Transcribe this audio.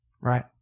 right